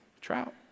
Trout